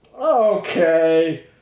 Okay